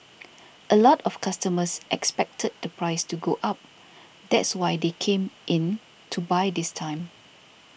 a lot of customers expected the price to go up that's why they came in to buy this time